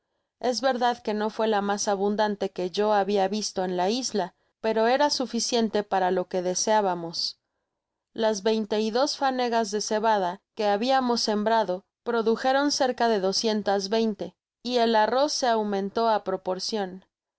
es verdad que no fué la mas abundante que yo habia visto en la isla pero era suficiente para lo que deseábamos las veinte y dos fanegas de cebada que habiamos sembrados produjeron cerca de doscientas veinte y el arroz se aumentó á proporcion